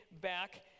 back